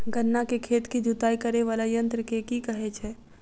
गन्ना केँ खेत केँ जुताई करै वला यंत्र केँ की कहय छै?